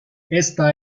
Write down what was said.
esta